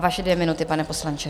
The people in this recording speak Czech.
Vaše dvě minuty, pane poslanče.